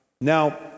Now